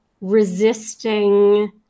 resisting